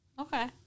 Okay